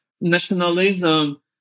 nationalism